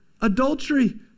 adultery